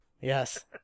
Yes